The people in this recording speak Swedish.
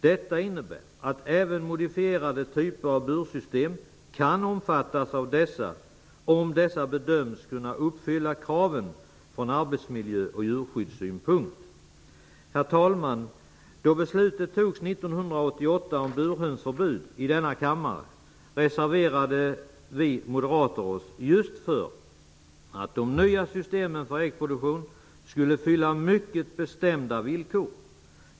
Detta innebär att även modifierade typer av bursystem kan bli aktuella om de bedöms kunna uppfylla kraven ur arbetsmiljö och djurskyddssynpunkt. Herr talman! Då beslutet om burhönsförbud fattades 1988 i denna kammare reserverade vi moderater oss, just för att de nya systemen för äggproduktion skulle uppfylla mycket bestämda villkor.